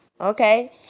okay